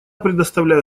предоставляю